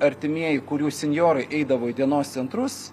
artimieji kurių senjorai eidavo į dienos centrus